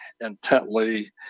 intently